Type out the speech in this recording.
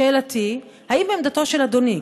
שאלתי: האם עמדתו של אדוני,